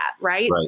Right